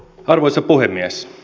arvoisa puhemies